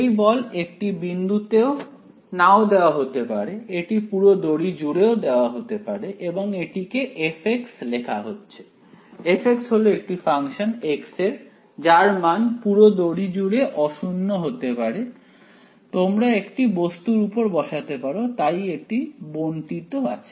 সেই বল একটি বিন্দুতে নাও দেয়া হতে পারে এটি পুরো দড়ি জুড়েও দেওয়া হতে পারে এবং এটিকে f লেখা হচ্ছে f হল একটি ফাংশন x এর যার মান পুরো দড়ি জুড়ে অশূন্য হতে পারে তোমরা একটি বস্তুর উপর বসাতে পারো তাই এটি বণ্টিত আছে